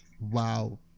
Wow